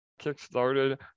kickstarted